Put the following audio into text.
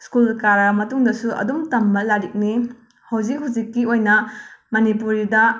school ꯀꯥꯔꯕ ꯃꯇꯨꯡꯗꯁꯨ ꯑꯗꯨꯝ ꯇꯝꯕ ꯂꯥꯏꯔꯤꯛꯅꯤ ꯍꯧꯖꯤꯛ ꯍꯧꯖꯤꯛꯀꯤ ꯑꯣꯏꯅ ꯃꯅꯤꯄꯨꯔꯤꯗ